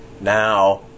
now